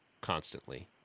constantly